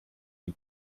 die